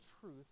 truth